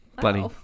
Bloody